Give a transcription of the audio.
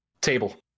Table